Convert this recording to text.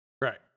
Right